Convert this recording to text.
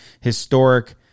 historic